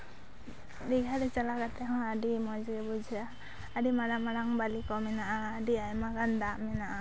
ᱫᱤᱜᱷᱟ ᱨᱮ ᱪᱟᱞᱟᱣ ᱠᱟᱛᱮ ᱦᱚᱸ ᱟᱹᱰᱤ ᱢᱚᱡᱽ ᱜᱮ ᱵᱩᱡᱷᱟᱹᱜᱼᱟ ᱟᱹᱰᱤ ᱢᱟᱨᱟᱝ ᱢᱟᱨᱟᱝ ᱵᱟᱞᱤ ᱠᱚ ᱢᱮᱱᱟᱜᱼᱟ ᱟᱹᱰᱤ ᱟᱭᱢᱟ ᱜᱟᱱ ᱫᱟᱜ ᱢᱮᱱᱟᱜᱼᱟ